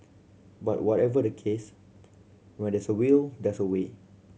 but whatever the case when there's a will there's a way